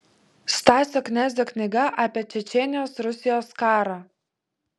stasio knezio knyga apie čečėnijos rusijos karą